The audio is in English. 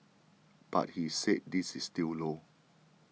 but he said this is still low